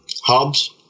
Hobbs